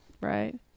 Right